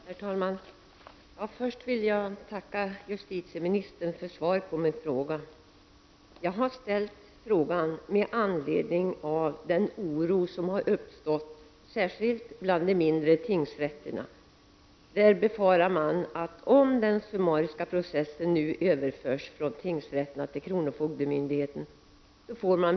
Herr talman! Jag ber först att få tacka justitieministern på svaret på min fråga. Jag har ställt frågan med anledning av den oro som har uppstått vid särskilt de mindre tingsrätterna. Man befarar att det blir betydande personalminskningar om den summariska processen överförs från tingsrätterna till kronofogdemyndigheten.